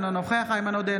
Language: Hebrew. אינו נוכח איימן עודה,